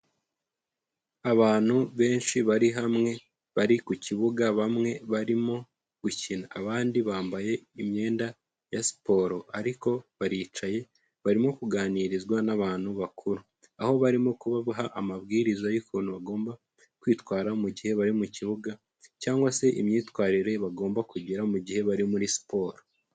Abantu benshi bari hamwe, bari ku kibuga, bamwe barimo gukina. Abandi bambaye imyenda ya siporo. Ariko baricaye, barimo kuganirizwa n'abantu bakuru. Aho barimo kubaha amabwiriza y'ukuntu bagomba kwitwara mu gihe bari mu kibuga, cyangwa se imyitwarire bagomba kugira mu gihe bari muri siporo.